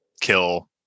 kill